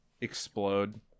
explode